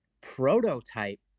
prototype